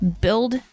build